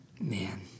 man